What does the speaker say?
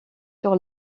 sur